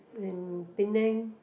and Penang